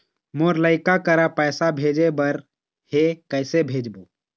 मोर लइका करा पैसा भेजें बर हे, कइसे भेजबो?